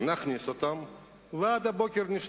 שהיה צריך להיסגר מזמן ולא נסגר,